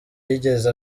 yigeze